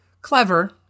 clever